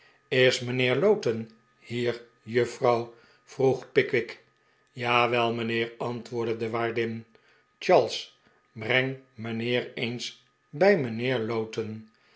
is mijnheer lowten hier jiiffrouw vroeg pickwick jawel mijnheer antwoordde de waardin charles breng mijnheer eens bij mijnheer lowten